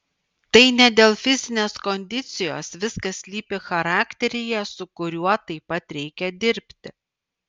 tai ne dėl fizinės kondicijos viskas slypi charakteryje su kuriuo taip pat reikia dirbti